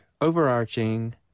overarching